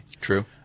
True